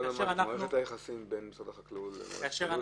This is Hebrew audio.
מה מערכת היחסים בין משרד החקלאות למועצת הלול?